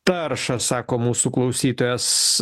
taršą sako mūsų klausytojas